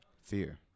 fear